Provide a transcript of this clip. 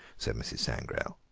said mrs. sangrail.